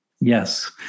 Yes